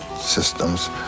systems